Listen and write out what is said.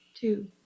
Two